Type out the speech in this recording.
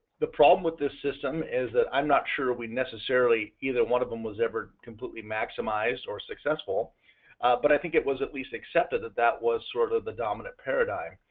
the problem with this system is that i'm not sure we necessarily either one of them was ever completely maximized or successful but i think it was at least accepted that that was sort of the dominant paradigm.